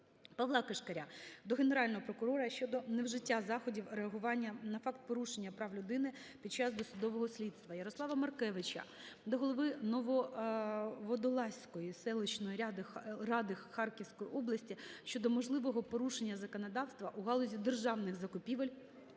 Павла Кишкаря до Генерального прокурора щодо невжиття заходів реагування на факт порушення прав людини під час досудового слідства. Ярослава Маркевича до голови Нововодолазької селищної ради Харківської області щодо можливого порушення законодавства у галузі державних закупівель